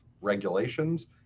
regulations